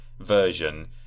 version